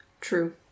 True